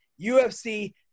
UFC